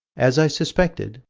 as i suspected,